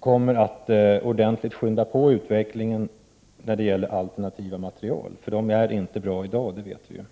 kommer att ordentligt påskynda utvecklingen när det gäller alternativa material. I dag är de inte bra — det vet vi ju.